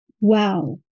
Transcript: Wow